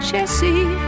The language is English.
Jesse